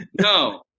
no